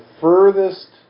furthest